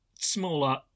Smaller